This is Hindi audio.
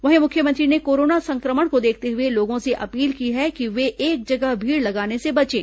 वहीं मुख्यमंत्री ने कोरोना संक्रमण को देखते हुए लोगों से अपील की है कि वे एक जगह भीड़ लगाने से बचें